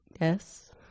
yes